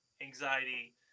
anxiety